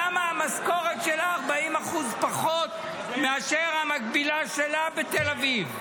למה המשכורת שלה 40% פחות מאשר של המקבילה שלה בתל אביב?